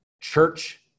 church